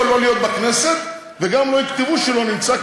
שלא להיות בכנסת וגם לא יכתבו שהוא לא נמצא,